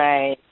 Right